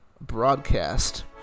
broadcast